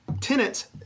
tenants